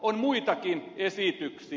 on muitakin esityksiä